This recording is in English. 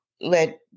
let